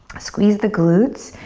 squeeze the glutes,